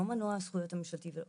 לא מנוע הזכויות הממשלתית הזו,